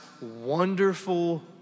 wonderful